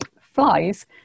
flies